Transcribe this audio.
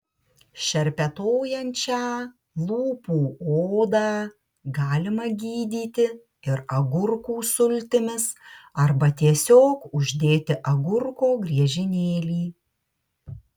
šerpetojančią lūpų odą galima gydyti ir agurkų sultimis arba tiesiog uždėti agurko griežinėlį